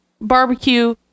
barbecue